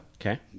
Okay